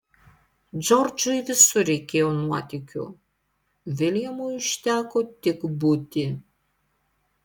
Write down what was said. džordžui visur reikėjo nuotykių viljamui užteko tik būti